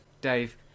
dave